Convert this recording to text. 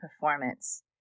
performance